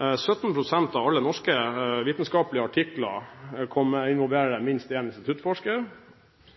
17 pst. av alle norske vitenskapelige artikler involverer